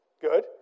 Good